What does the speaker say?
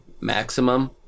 maximum